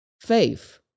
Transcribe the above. faith